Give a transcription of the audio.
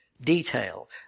detail